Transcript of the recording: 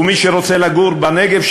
ומי שרוצה לגור בנגב,